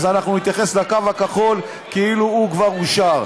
אנחנו נתייחס לקו הכחול כאילו הוא כבר אושר,